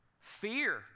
Fear